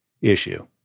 issue